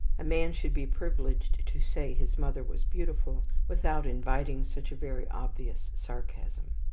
a man should be privileged to say his mother was beautiful, without inviting such a very obvious sarcasm.